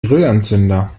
grillanzünder